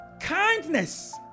Kindness